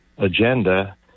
agenda